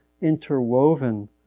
interwoven